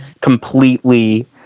completely